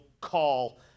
call